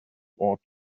ought